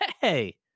Hey